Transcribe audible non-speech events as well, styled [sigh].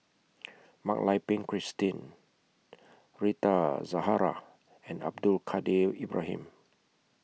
[noise] Mak Lai Peng Christine [noise] Rita Zahara and Abdul Kadir Ibrahim